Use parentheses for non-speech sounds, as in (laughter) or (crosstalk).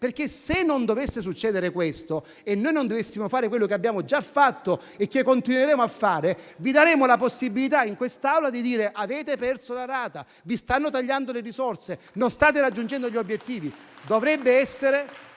inserito. Se non dovesse succedere questo e non dovessimo fare quello che abbiamo già fatto e che continueremo a fare, vi daremo la possibilità, in quest'Aula, di dire: avete perso la rata, vi stanno tagliando le risorse, non state raggiungendo gli obiettivi. (applause)